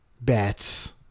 Bats